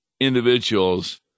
individuals